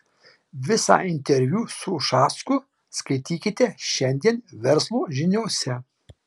visą interviu su ušacku skaitykite šiandien verslo žiniose